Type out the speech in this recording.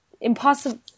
impossible